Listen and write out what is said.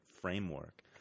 framework